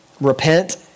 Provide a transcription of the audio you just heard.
Repent